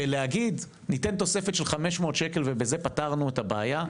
להגיד "ניתן תוספת של 500 שקלים ובזה פתרנו את הבעיה",